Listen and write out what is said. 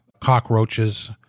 cockroaches